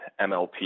MLP